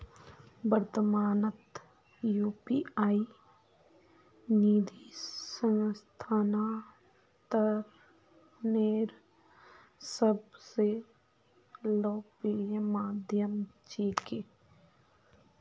वर्त्तमानत यू.पी.आई निधि स्थानांतनेर सब स लोकप्रिय माध्यम छिके